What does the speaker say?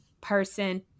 person